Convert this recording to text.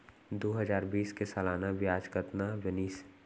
दू हजार बीस के सालाना ब्याज कतना बनिस?